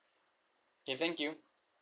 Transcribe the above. okay thank you